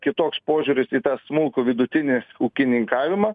kitoks požiūris į tą smulkų vidutinį ūkininkavimą